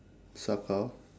circle